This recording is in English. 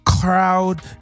crowd